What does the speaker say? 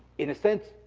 in a sense,